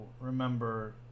remember